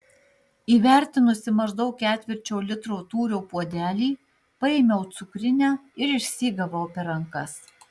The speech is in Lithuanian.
įvertinusi maždaug ketvirčio litro tūrio puodelį paėmiau cukrinę ir išsyk gavau per rankas